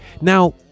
now